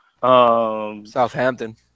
Southampton